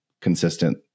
consistent